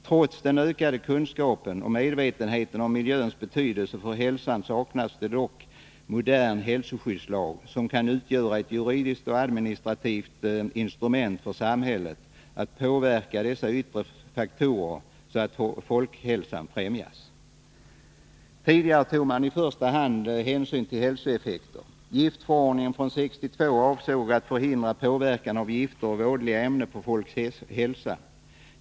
Trots den ökade kunskapen och medvetenheten om miljöns betydelse för hälsan saknas det en modern hälsoskyddslag, som kan utgöra ett juridiskt och administrativt instrument för samhället att påverka dessa yttre faktorer så att folkhälsan främjas. Tidigare tog man i första hand hänsyn till hälsoeffekter. Giftförordningen från 1962 avsåg att förhindra påverkan av gift och vådliga ämnen på folks hälsa.